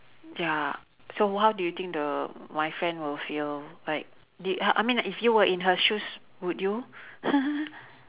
ya so how do you think the my friend will feel like did h~ I mean like if you were in her shoes would you